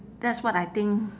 that's what I think